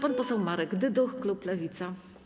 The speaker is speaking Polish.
Pan poseł Marek Dyduch, klub Lewica.